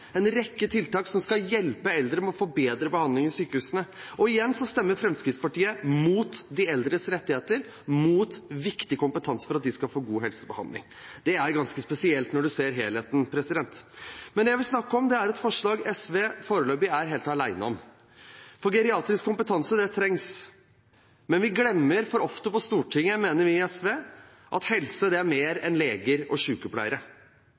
en rekke tiltak som skal hjelpe eldre med å få bedre behandling i sykehusene, og igjen stemmer Fremskrittspartiet imot de eldres rettigheter og imot viktig kompetanse for at de skal få god helsebehandling. Det er ganske spesielt når man ser helheten. Men det jeg vil snakke om, er et forslag SV foreløpig er helt alene om. For geriatrisk kompetanse trengs, men vi glemmer for ofte på Stortinget, mener vi i SV, at helse er mer enn leger og